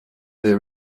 there